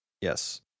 Yes